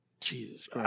Jesus